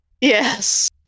Yes